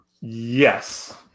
Yes